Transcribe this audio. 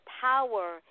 power